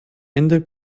ende